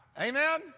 Amen